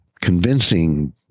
convincing